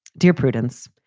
dear prudence,